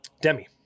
Demi